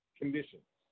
conditions